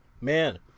man